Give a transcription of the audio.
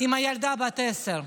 לילדה בת העשר.